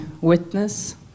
witness